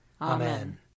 Amen